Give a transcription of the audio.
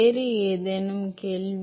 வேறு ஏதேனும் கேள்வி